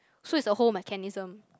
so is a whole mechanism